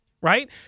right